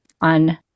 on